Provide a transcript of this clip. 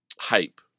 hype